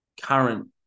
current